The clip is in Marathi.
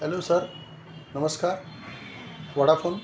हॅलो सर नमस्कार वोडाफोन